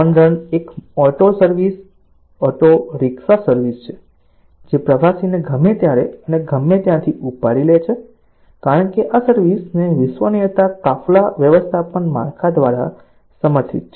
ઓનરન એક auto rickshaw service છે જે પ્રવાસીને ગમે ત્યારે અને ગમે ત્યાંથી ઉપાડી લે છે કારણ કે આ સર્વિસ ને વિશ્વસનીય કાફલા વ્યવસ્થાપન માળખા દ્વારા સમર્થિત છે